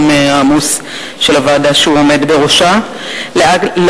העמוס של הוועדה שהוא עומד בראשה,